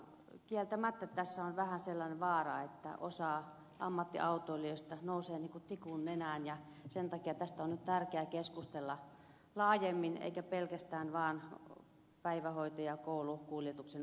kieltämättä tässä on vähän sellainen vaara että osa ammattiautoilijoista nousee niin kuin tikun nenään ja sen takia tästä on nyt tärkeä keskustella laajemmin eikä pelkästään vain päivähoito ja koulukuljetusten osalta